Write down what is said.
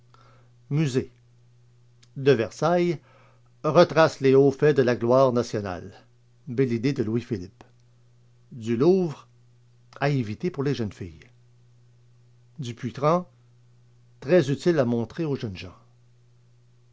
musée de versailles retrace les hauts faits de la gloire nationale belle idée de louis-philippe du louvre à éviter pour les jeunes filles dupuytren très utile à montrer aux jeunes gens